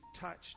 touched